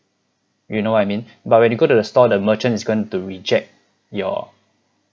you know what I mean but when you go to the store the merchant is going to reject your